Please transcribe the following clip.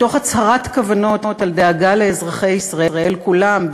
מתוך הצהרת כוונות על דאגה לאזרחי ישראל כולם,